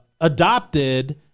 adopted